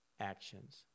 actions